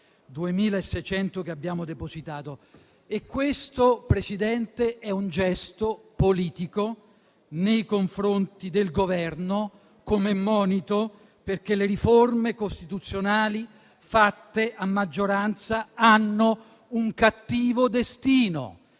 2.600 che abbiamo depositato e questo, Presidente, è un gesto politico nei confronti del Governo, come monito, perché le riforme costituzionali fatte a maggioranza hanno un cattivo destino,